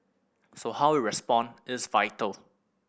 so how we respond is vital